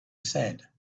said